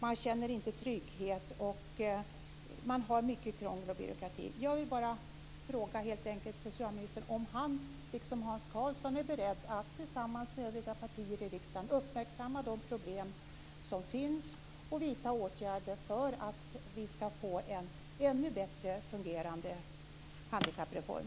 Man känner inte trygghet, och det är mycket krångel och byråkrati. Jag vill helt enkelt fråga socialministern om han, liksom Hans Karlsson, är beredd att tillsammans med övriga partier i riksdagen uppmärksamma de problem som finns och vidta åtgärder för att vi ska få en ännu bättre fungerande handikappreform.